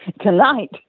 tonight